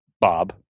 Bob